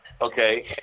Okay